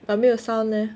but 没有 sound leh